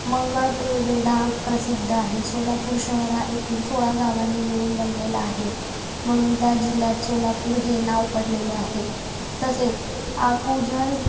मंगळपेवेढा प्रसिद्ध आहे सोलापूर शहर हा एकूण सोळा गावांनी मिळून बनलेला आहे म्हणून त्या जिल्ह्यात सोलापूर हे नाव पडलेले आहे तसेच आकुझल